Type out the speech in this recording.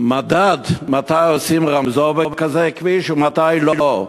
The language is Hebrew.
מדד מתי עושים רמזור בכזה כביש ומתי לא.